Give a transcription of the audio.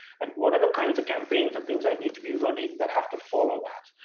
and what are the kinds of campaigns and things i need to be running that have to follow that?